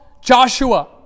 Joshua